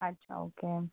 अच्छा ओके